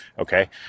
okay